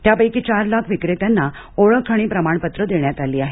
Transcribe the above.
त्यापैकी चार लाख विक्रेत्यांना ओळख आणि प्रमाणपत्रं देण्यात आली आहेत